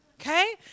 okay